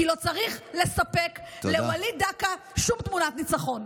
כי לא צריך לספק לווליד דקה שום תמונת ניצחון.